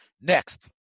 Next